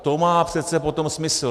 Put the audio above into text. To má přece potom smysl.